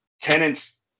tenants